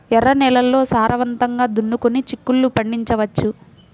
ఎర్ర నేలల్లో సారవంతంగా దున్నుకొని చిక్కుళ్ళు పండించవచ్చు